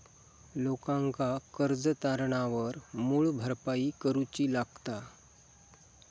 लोकांका कर्ज तारणावर मूळ भरपाई करूची लागता